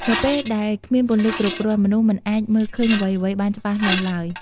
នៅពេលដែលគ្មានពន្លឺគ្រប់គ្រាន់ មនុស្សមិនអាចមើលឃើញអ្វីៗបានច្បាស់លាស់ឡើយ ។